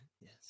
yes